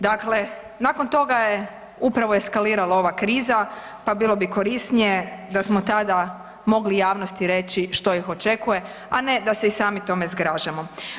Dakle, nakon toga je upravo eskalirala ova kriza pa bilo bi korisnije da smo tada mogli javnosti reći što ih očekuje, a ne da se i sami tome zgražamo.